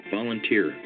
Volunteer